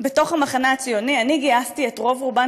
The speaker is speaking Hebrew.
בתוך המחנה הציוני אני גייסתי את רוב-רובן,